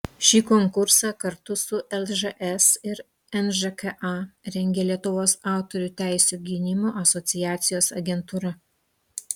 ši konkursą kartu su lžs ir nžka rengia lietuvos autorių teisių gynimo asociacijos agentūra